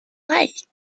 like